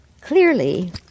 clearly